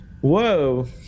whoa